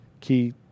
key